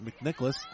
McNicholas